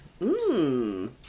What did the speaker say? Mmm